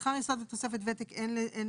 התלויים באירוע מזכה שכר יסוד ותוספת וותק אין הבדל.